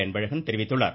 அன்பழகன் தெரிவித்துள்ளார்